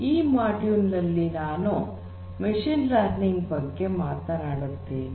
ಈ ಮೊಡ್ಯೂಲ್ ನಲ್ಲಿ ನಾನು ಮಷೀನ್ ಲರ್ನಿಂಗ್ ಬಗ್ಗೆ ಮಾತನಾಡುತ್ತೇನೆ